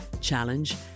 challenge